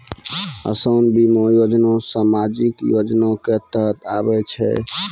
असान बीमा योजना समाजिक योजना के तहत आवै छै